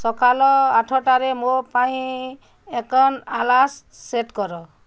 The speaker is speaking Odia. ସକାଳ ଆଠଟାରେ ମୋ ପାଇଁ ଏକ ଆଲାର୍ମ୍ ସେଟ୍ କର